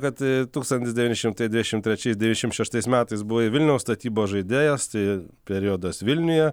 kad tūkstantis devyni šimtai devyniasdešimt trečiais devyniasdešimt šeštais metais buvo vilniaus statybos žaidėjas tai periodas vilniuje